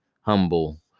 humble